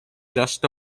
just